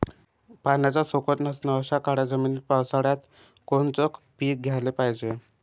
पाण्याचा सोकत नसन अशा काळ्या जमिनीत पावसाळ्यात कोनचं पीक घ्याले पायजे?